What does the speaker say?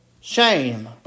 shame